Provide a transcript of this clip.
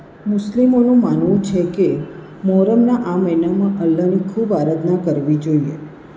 મુસ્લિમોનું માનવું છે કે મોહર્રમના આ મહિનામાં અલ્લાહની ખૂબ આરાધના કરવી જોઈએ